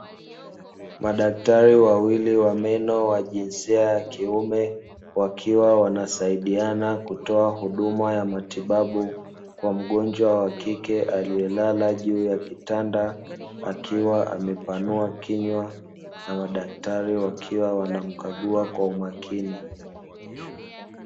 Madaktari wawili wa meno wa jinsia ya kiume, wakiwa wanasaidiana kutoa huduma ya matibabu kwa mgonjwa wa kike aliyelala juu ya kitanda, akiwa amepanua kinywa; na madaktari wakiwa wanamkagua kwa umakini.